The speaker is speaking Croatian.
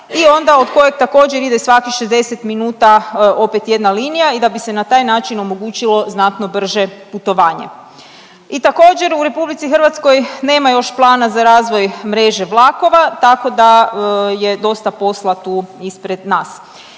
i onda od kojeg također, ide svakih 60 minuta opet jedna linija i da bi se na taj način omogućilo znatno brže putovanje. I također, u RH nema još plana za razvoj mreže vlakova, tako da je dosta posla tu ispred nas.